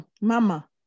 mama